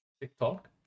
TikTok